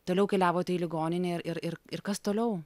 toliau keliavote į ligoninę ir ir ir kas toliau